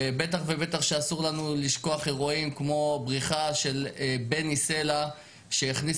בטח ובטח שאסור לנו לשכוח אירועים כמו בריחה של בני סלע שהכניס